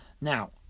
Now